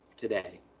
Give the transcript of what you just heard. today